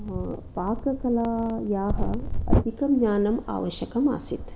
पाककलायाः अधिकम् आवश्यकमासीत्